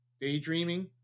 Daydreaming